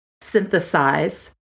synthesize